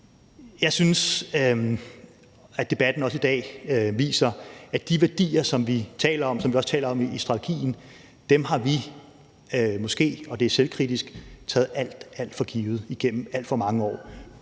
Jeg synes, at debatten i dag også viser, at de værdier, som vi taler om, og som vi også taler om i strategien, har vi måske – det er selvkritik – taget alt, alt for givet igennem alt for mange år.